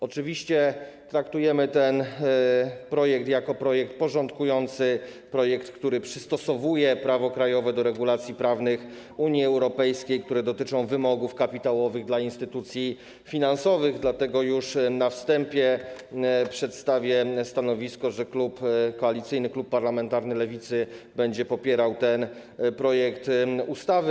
Oczywiście traktujemy ten projekt jak projekt porządkujący, projekt, który przystosowuje prawo krajowe do regulacji prawnych Unii Europejskiej, które dotyczą wymogów kapitałowych w przypadku instytucji finansowych, dlatego już na wstępie przedstawię stanowisko, że Koalicyjny Klub Parlamentarny Lewicy będzie popierał ten projekt ustawy.